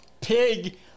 pig